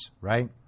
right